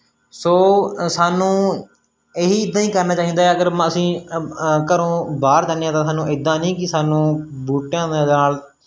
ਸੋ ਸਾਨੂੰ ਇਹੀ ਇੱਦਾਂ ਹੀ ਕਰਨਾ ਚਾਹੀਦਾ ਅਗਰ ਮ ਅਸੀਂ ਘਰੋਂ ਬਾਹਰ ਜਾਂਦੇ ਹਾਂ ਤਾਂ ਸਾਨੂੰ ਇੱਦਾਂ ਨਹੀਂ ਕਿ ਸਾਨੂੰ ਬੂਟਿਆਂ ਦੇ ਨਾਲ